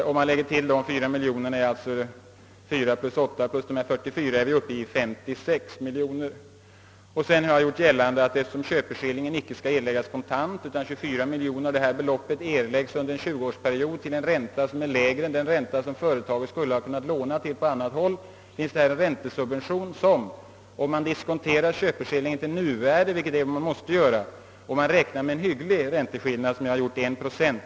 Adderar man dessa 44 miljoner, 8 miljoner och 4 miljoner kommer man upp i 56 miljoner kronor. Eftersom köpeskillingen inte skall erläggas kontant utan 24 miljoner kronor skall betalas under en 20-årsperiod till en ränta som är lägre än den till vilken företaget skulle ha kunnat låna på annat håll finns här en räntesubvention som, om man diskonterar köpeskillingen till nuvärdet, vilket man måste göra, och räknar med en hygglig ränteskillnad av 1 procent, uppgår till 3 miljoner kronor.